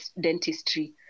dentistry